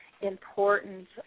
important